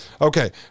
Okay